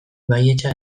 baietza